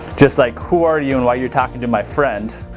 just like who are you and why you're talking to my friend?